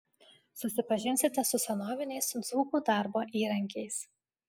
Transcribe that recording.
susipažinsite su senoviniais dzūkų darbo įrankiais